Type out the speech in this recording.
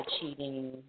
cheating